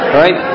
right